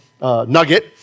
nugget